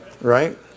Right